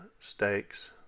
steaks